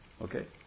Okay